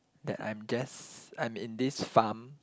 that I'm just I'm in this farm